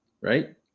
right